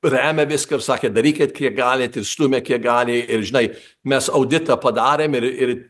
remia viską ir sakė darykit kiek galit ir stumia kiek gali ir žinai mes auditą padarėm ir ir